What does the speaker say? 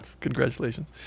Congratulations